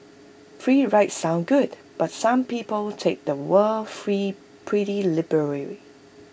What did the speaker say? free rides sound good but some people take the word free pretty liberal